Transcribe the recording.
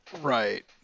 Right